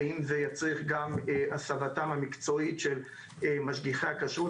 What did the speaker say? ואם זה יצריך גם הסבתם המקצועית של משגיחי הכשרות.